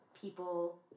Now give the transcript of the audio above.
people